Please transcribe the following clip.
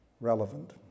relevant